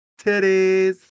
titties